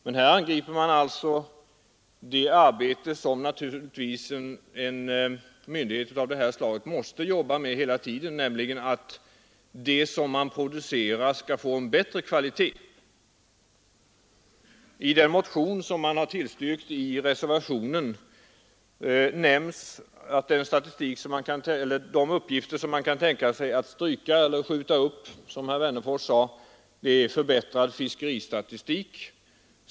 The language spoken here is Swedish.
Men här angriper man alltså något som en myndighet av detta slag naturligtvis måste arbeta med hela tiden, nämligen att förbättra kvaliteten på det man producerar. I den motion som reservanterna tillstyrker nämns att en av de uppgifter man kan tänka sig att stryka eller skjuta upp, som herr Wennerfors sade, är förbättrad fiskeristatistik.